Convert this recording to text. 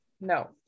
no